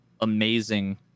amazing